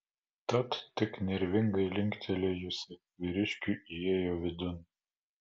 tad tik nervingai linktelėjusi vyriškiui įėjo vidun